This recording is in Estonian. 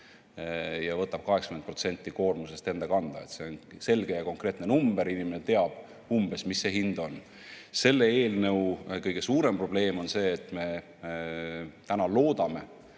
ja võtab 80% koormusest enda kanda. See on selge ja konkreetne number, inimene teab umbes, mis see hind on. Selle eelnõu kõige suurem probleem on see, et me loodame